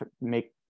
make